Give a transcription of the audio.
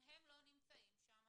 אם הם לא נמצאים שם,